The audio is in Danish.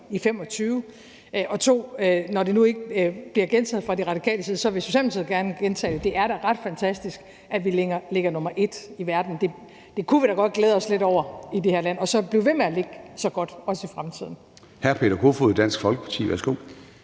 i 2025. Og 2) når det nu ikke bliver gentaget fra Radikales side, vil Socialdemokratiet gerne gentage det, for det er da ret fantastisk, at vi ligger nummer et i verden. Det kunne vi da godt glæde os lidt over i det her land; og så blive ved med at ligge så godt, også i fremtiden.